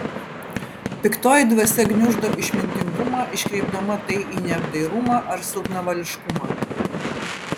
piktoji dvasia gniuždo išmintingumą iškreipdama tai į neapdairumą ar silpnavališkumą